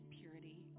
purity